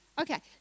okay